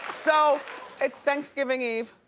so it's thanksgiving eve,